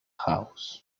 house